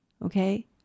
Okay